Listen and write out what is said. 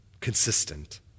consistent